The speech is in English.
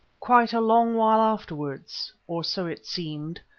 quite a long while afterwards, or so it seemed,